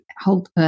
hold